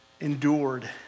endured